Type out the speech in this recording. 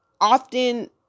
often